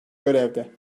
görevde